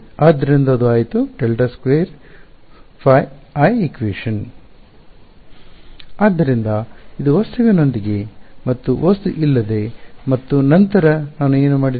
ಆದ್ದರಿಂದ ಅದು ಆಯಿತು ∇2ϕi k02 ϕi Qn ಆದ್ದರಿಂದ ಇದು ವಸ್ತುವಿನೊಂದಿಗೆ ಮತ್ತು ವಸ್ತು ಇಲ್ಲದೆ ಮತ್ತು ನಂತರ ನಾನು ಏನು ಮಾಡಿದೆ